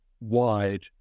wide